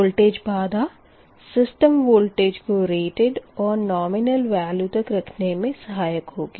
voltage बाधा system voltage को rated और नोमिनल वेल्यू तक रखने मे सहायक होगी